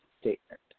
statement